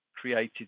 created